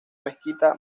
mezquita